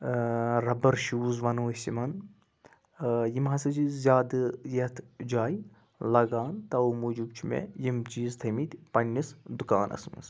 ٲں rubber shoes وَنو أسۍ یِمَن ٲں یِم ہَسا چھِ زیادٕ یَتھ جایہِ لَگان تَو موٗجوٗب چھِ مےٚ یِم چیٖز تھمِتۍ پننِس دُکانَس منٛز